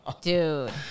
dude